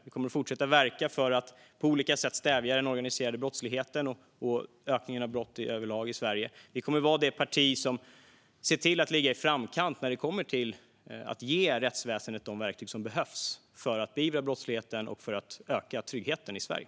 Vi kommer att fortsätta att verka för att på olika sätt stävja den organiserade brottsligheten och ökningen av brott överlag i Sverige. Vi kommer att vara det parti som ser till att ligga i framkant när det kommer till att ge rättsväsendet de verktyg som behövs för att beivra brottsligheten och för att öka tryggheten i Sverige.